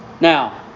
Now